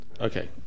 Okay